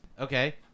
Okay